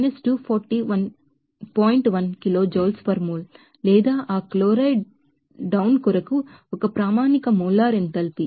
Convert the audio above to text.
1 kilojoules per mole లేదా ఆ chloride down కొరకు ఒక స్టాండర్డ్ మోలార్ ఎంథాల్పీ ఇది 167